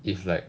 if like